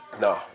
No